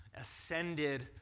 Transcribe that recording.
ascended